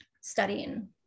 studying